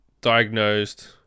diagnosed